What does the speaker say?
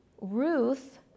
Ruth